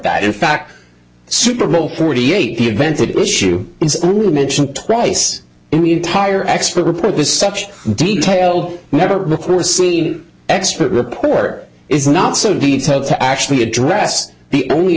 that in fact super bowl forty eight the event that issue is mentioned twice in the entire extra report was such detail never before seen expert report is not so detail to actually address the only